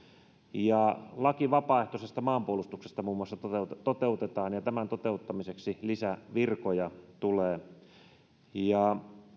ja muun muassa laki vapaaehtoisesta maanpuolustuksesta toteutetaan ja tämän toteuttamiseksi lisävirkoja tulee ja